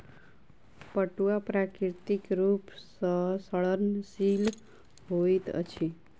पटुआ प्राकृतिक रूप सॅ सड़नशील होइत अछि